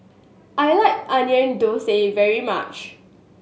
I like Onion Thosai very much